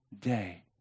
day